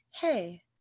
hey